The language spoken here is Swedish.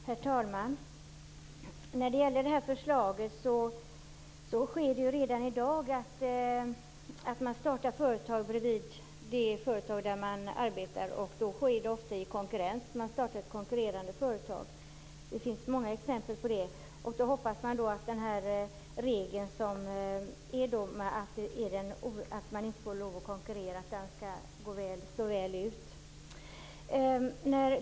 Herr talman! Det sker redan i dag att arbetstagare startar ett eget företag bredvid det vanliga arbetet. Det sker ofta i konkurrens. Man startar ett konkurrerande företag. Det finns många exempel på det. Vi hoppas att regeln om att man inte får konkurrera skall slå väl ut.